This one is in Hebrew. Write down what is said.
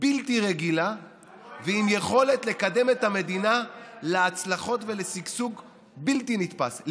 בלתי רגילה ועם יכולת לקדם את המדינה להצלחות ולשגשוג בלתי נתפס,